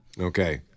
okay